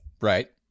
Right